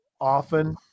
often